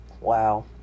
Wow